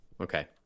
Okay